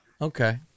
Okay